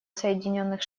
соединенных